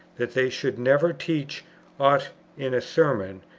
that they should never teach aught in a sermon,